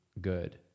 good